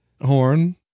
horn